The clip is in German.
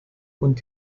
und